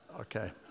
Okay